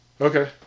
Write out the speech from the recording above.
okay